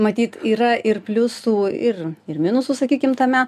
matyt yra ir pliusų ir ir minusų sakykim tame